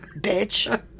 bitch